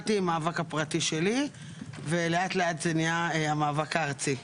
המאבק הפרטי שלי ולאט לאט זה נהיה מאבק ארצי.